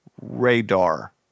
radar